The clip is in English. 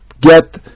get